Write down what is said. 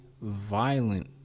violent